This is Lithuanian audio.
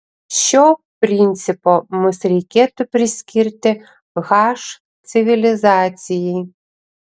šio principo mus reikėtų priskirti h civilizacijai